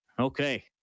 Okay